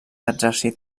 exèrcit